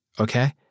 okay